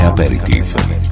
Aperitif